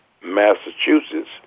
Massachusetts